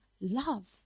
love